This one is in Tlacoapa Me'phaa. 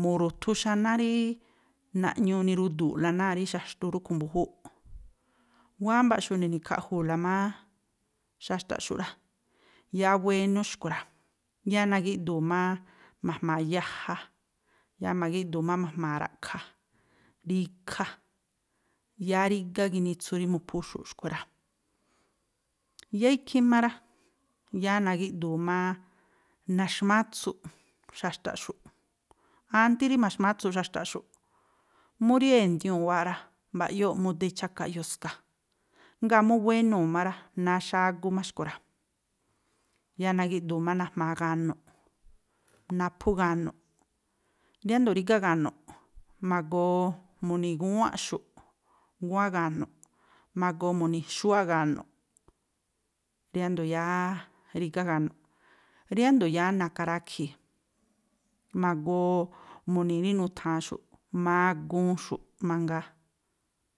mu̱ru̱thu xaná rí naꞌñuu, nirudu̱u̱ꞌla náa̱ rí xaxtu rúꞌkhui̱ mbu̱júúꞌ. Wámbáꞌxu̱ꞌ ni̱ni̱khaꞌju̱u̱la má xaxtaꞌxu̱ꞌ rá, yáá wénú xkui̱ rá, yáá nagi̱ꞌdu̱u̱ má ma̱jma̱a̱ yaja, yáá magi̱ꞌdu̱u̱ má ma̱jma̱a̱ ra̱ꞌkha̱, ri̱kha. Yáá rígá ginitsu rí mu̱phúxu̱ꞌ xkui̱ rá. Yáá ikhí má rá, yáá nagi̱ꞌdu̱u̱ má naxmátsuꞌ xaxtaꞌxu̱ꞌ, ántí rí ma̱xmátsuꞌ xaxtaꞌxu̱ꞌ, mú rí e̱ndiuu̱n wáa̱ rá, mba̱ꞌyóo̱ꞌ mude chákaꞌ yoska, ngáa̱ mú wénuu̱ má rá, náá xágú má xkui̱ rá. Yáá nagi̱ꞌdu̱u̱ má najma̱a̱ ga̱nu̱ꞌ, naphú ga̱nu̱ꞌ. Riándo̱ rígá ga̱nu̱ꞌ, ma̱goo mu̱ni̱ gúwánꞌxu̱ꞌ, gúwánꞌ ga̱nu̱ꞌ, ma̱goo mu̱ni̱ xúwáꞌ ga̱nu̱ꞌ, riándo̱ yáá rígá ga̱nu̱ꞌ. Riándo̱ yáá na̱ka̱ rakhi̱i̱, ma̱goo mu̱ni rí nu̱tha̱anxu̱ꞌ maguunxu̱ꞌ mangaa.